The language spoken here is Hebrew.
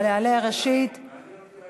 פעם ראשונה שאני שומע,